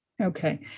Okay